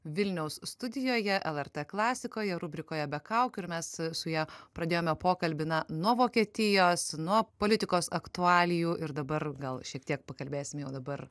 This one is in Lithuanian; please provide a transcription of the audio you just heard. vilniaus studijoje lrt klasikoje rubrikoje be kaukių ir mes su ja pradėjome pokalbį na nuo vokietijos nuo politikos aktualijų ir dabar gal šiek tiek pakalbėsim jau dabar